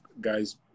guys